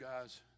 guys